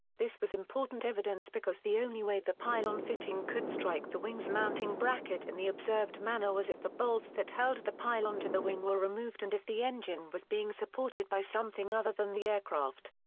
this was important evidence because the only way the pylon fitting could strike the wing's mounting bracket in the observed manner was if the bolts that held the pylon to the wing were removed and if the engine was being supported by something other than the aircraft.